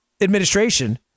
administration